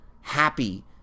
happy